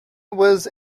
was